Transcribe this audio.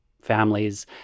families